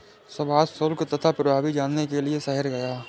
सुभाष शुल्क तथा प्रभावी जानने के लिए शहर गया